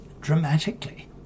dramatically